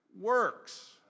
works